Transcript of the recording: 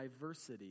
diversity